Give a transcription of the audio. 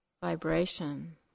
vibration